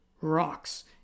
rocks